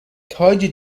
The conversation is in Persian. تاج